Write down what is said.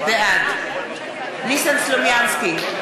בעד ניסן סלומינסקי,